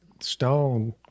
Stone